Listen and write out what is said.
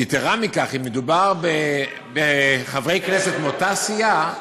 יתרה מכך, אם מדובר בחברי כנסת מאותה סיעה,